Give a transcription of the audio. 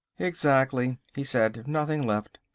exactly, he said, nothing left.